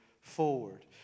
forward